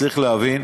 צריך להבין,